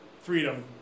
freedom